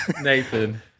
nathan